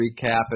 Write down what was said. recap